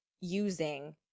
using